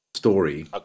story